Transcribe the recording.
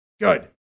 Good